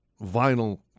vinyl